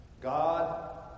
God